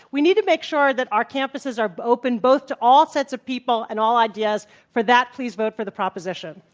we need to make sure that our campuses are open both to all sets of people and all ideas for that please vote for the proposition.